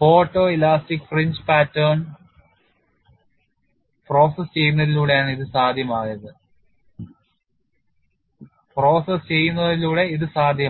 photoelastic fringe pattern process ചെയ്യുന്നതിലൂടെ ഇത് സാധ്യമാണ്